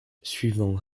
suivant